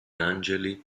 angeli